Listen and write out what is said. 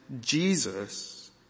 Jesus